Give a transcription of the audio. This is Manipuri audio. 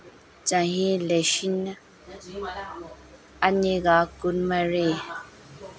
ꯆꯍꯤ ꯂꯤꯁꯤꯡ ꯑꯅꯤꯒ ꯀꯨꯟꯃꯔꯤ